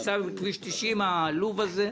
ניסע על כביש 90 העלוב הזה.